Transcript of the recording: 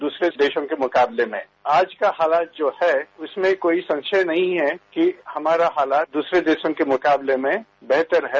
दूसरे देशों के मुकाबले में आज का हालात जो है उसमें कोई संशय नहीं है कि हमारा हालात दूसरे देशों के मुकाबले में बेहतर है